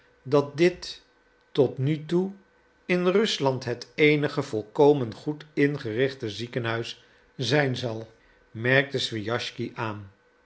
dat dit tot nu toe in rusland het eenige volkomen goed ingerichte ziekenhuis zijn zal merkte swijaschsky aan